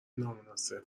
نامناسب